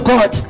God